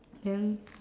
then